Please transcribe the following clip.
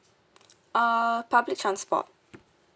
uh public transport